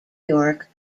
york